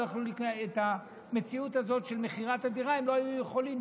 את המציאות הזאת של מכירת הדירה הם לא היו יכולים,